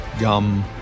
gum